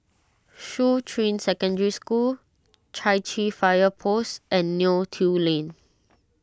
Shuqun Secondary School Chai Chee Fire Post and Neo Tiew Lane